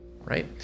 right